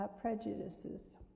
prejudices